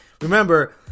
Remember